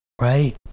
right